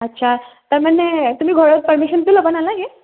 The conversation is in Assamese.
আচ্ছা তাৰমানে তুমি ঘৰত পাৰ্মিশ্য়নতো ল'বা নালাগে